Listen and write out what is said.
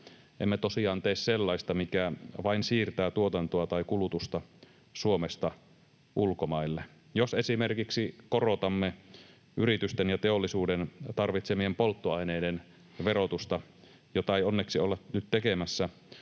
emme tosiaan tee sellaista, mikä vain siirtää tuotantoa tai kulutusta Suomesta ulkomaille. Jos esimerkiksi korotamme yritysten ja teollisuuden tarvitsemien polttoaineiden verotusta, mitä ei onneksi olla nyt tekemässä,